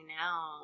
now